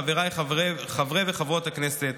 חבריי חברי וחברות הכנסת,